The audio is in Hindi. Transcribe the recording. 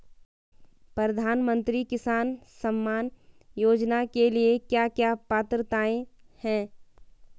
प्रधानमंत्री किसान सम्मान योजना के लिए क्या क्या पात्रताऐं हैं?